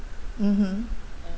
mmhmm